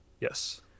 Yes